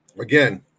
again